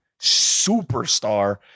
superstar